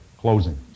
closing